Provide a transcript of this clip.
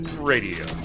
Radio